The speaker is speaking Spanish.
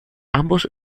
ambos